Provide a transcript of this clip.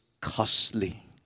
costly